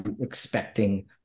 expecting